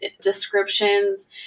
descriptions